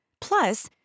Plus